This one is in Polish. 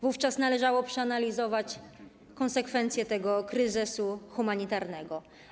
Wówczas należało przeanalizować konsekwencje tego kryzysu humanitarnego.